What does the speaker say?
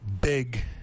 big